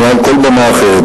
או על כל במה אחרת,